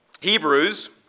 Hebrews